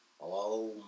Hello